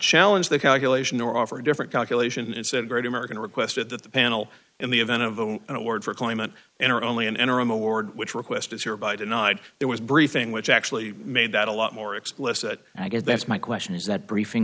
challenge the calculation or offer a different calculation and said great american requested that the panel in the event of an award for climate enter only an interim award which requested here by denied there was a briefing which actually made that a lot more explicit and i guess that's my question is that briefing